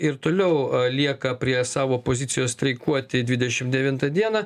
ir toliau lieka prie savo pozicijos streikuoti dvidešim devintą dieną